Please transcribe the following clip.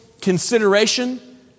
consideration